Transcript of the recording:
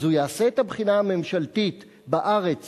אז הוא יעשה את הבחינה הממשלתית בארץ